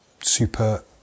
super